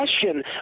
question